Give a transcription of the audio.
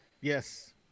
Yes